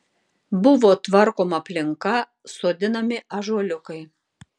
buvo tvarkoma aplinka sodinami ąžuoliukai